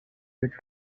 with